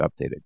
updated